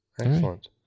excellent